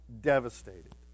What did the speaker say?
devastated